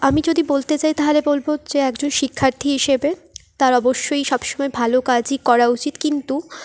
আমি যদি বলতে চাই তাহলে বলবো যে একজন শিক্ষার্থী হিসেবে তার অবশ্যই সব সময় ভালো কাজই করা উচিত কিন্তু